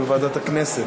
הייתי בוועדת הכנסת.